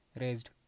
raised